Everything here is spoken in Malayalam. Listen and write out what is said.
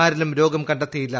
ആരിലും രോഗം കണ്ടെത്തിയില്ല